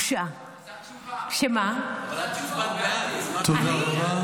בגלל שהשר פונה אליי,